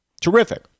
Terrific